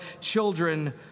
children